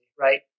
right